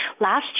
last